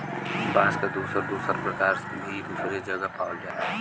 बांस क दुसर दुसर परकार भी दुसरे जगह पावल जाला